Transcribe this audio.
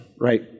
right